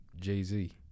Jay-Z